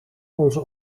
onze